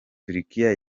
turikiya